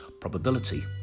probability